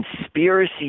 conspiracy